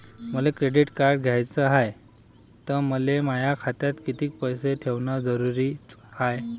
मले credit card घ्याचं हाय, त मले माया खात्यात कितीक पैसे ठेवणं जरुरीच हाय?